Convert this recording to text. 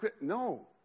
No